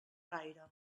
gaire